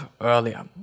earlier